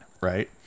right